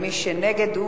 ומי שנגד,